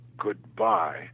Goodbye